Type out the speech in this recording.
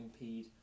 impede